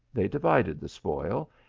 they divided the spoil,